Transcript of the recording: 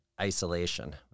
isolation